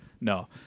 No